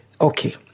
Okay